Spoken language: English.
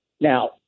Now